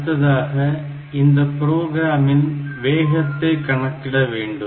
அடுத்ததாக இந்தப் புரோகிராமின் வேகத்தை கணக்கிட வேண்டும்